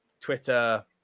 Twitter